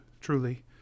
Truly